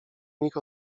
nich